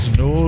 no